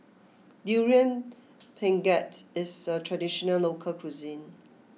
Durian Pengat is a traditional local cuisine